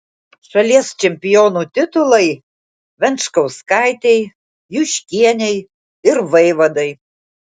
šalies čempionų titulai venčkauskaitei juškienei ir vaivadai